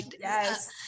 Yes